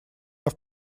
этот